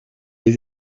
les